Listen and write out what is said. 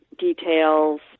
details